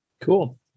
Cool